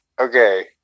Okay